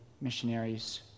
missionaries